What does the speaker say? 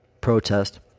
Protest